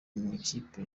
makipe